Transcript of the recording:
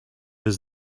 his